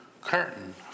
curtain